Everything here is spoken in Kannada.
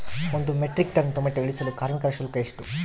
ಒಂದು ಮೆಟ್ರಿಕ್ ಟನ್ ಟೊಮೆಟೊ ಇಳಿಸಲು ಕಾರ್ಮಿಕರ ಶುಲ್ಕ ಎಷ್ಟು?